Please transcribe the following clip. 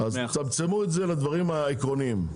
אז תצמצמו את זה לדברים העקרוניים.